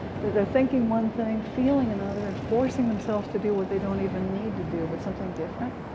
they're they're thinking one thing, feeling another, and forcing themselves to do what they don't even need to do but something different.